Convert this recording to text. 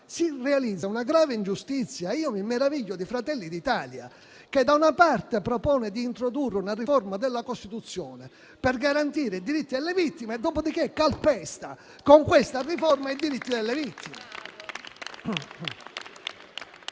si realizza una grave ingiustizia. Mi meraviglio di Fratelli d'Italia, che - da una parte - propone di introdurre una riforma della Costituzione per garantire i diritti alle vittime e - dall'altra - calpesta, con questa riforma, i diritti delle vittime.